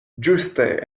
ĝuste